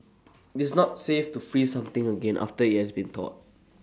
it's not safe to freeze something again after IT has been thawed